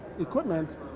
equipment